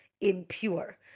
impure